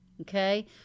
okay